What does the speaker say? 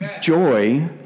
Joy